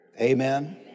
Amen